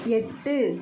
எட்டு